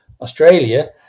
Australia